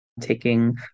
taking